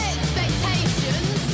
Expectations